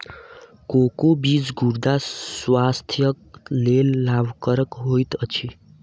cocoa बीज गुर्दा स्वास्थ्यक लेल लाभकरक होइत अछि